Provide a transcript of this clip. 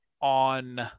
on